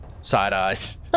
side-eyes